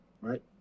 right